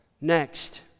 next